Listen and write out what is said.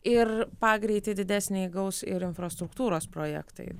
ir pagreitį didesnį įgaus ir infrastruktūros projektai